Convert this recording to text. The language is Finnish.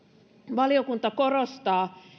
valiokunta korostaa